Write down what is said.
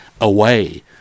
away